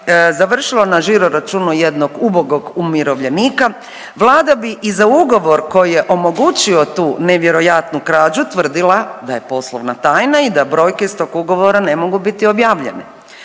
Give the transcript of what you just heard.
završilo na žiroračunu jednog ubogog umirovljenika Vlada bi i za ugovor koji je omogućio tu nevjerojatnu krađu tvrdila da je poslovna tajna i da brojke iz tog ugovora ne mogu biti objavljene.